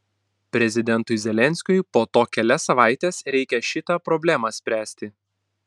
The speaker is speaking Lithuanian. prezidentui zelenskiui po to kelias savaites reikia šitą problemą spręsti